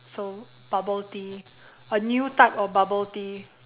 so bubble tea a new type of bubble tea